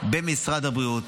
במשרד הבריאות,